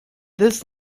this